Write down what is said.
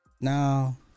Now